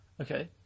Okay